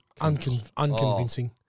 unconvincing